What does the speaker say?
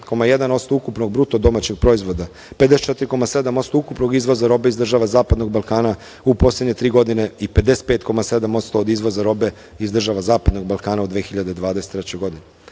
47,1% ukupnog BDP, 54,7% ukupnog izvoza robe iz država Zapadnog Balkana u poslednje tri godine i 55,7% od izvoza iz država Zapadnog Balkana u 2023. godini.U